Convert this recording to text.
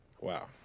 Wow